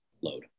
load